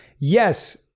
yes